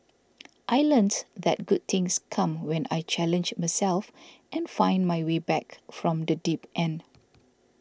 I learnt that good things come when I challenge myself and find my way back from the deep end